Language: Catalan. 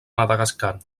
madagascar